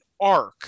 arc